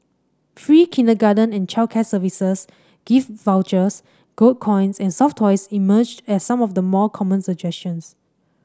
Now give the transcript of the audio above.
free kindergarten and childcare services gift vouchers gold coins and soft toys emerged as some of the more common suggestions